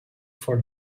for